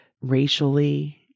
racially